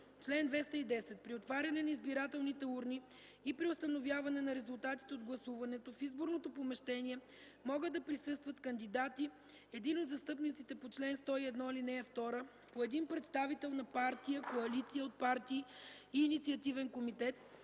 Чл. 210. При отваряне на избирателните урни и при установяване на резултатите от гласуването в изборното помещение могат да присъстват кандидати, един от застъпниците по чл. 101, ал. 2, по един представител на партия, коалиция от партии и инициативен комитет,